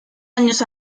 años